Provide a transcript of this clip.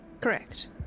Correct